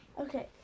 Okay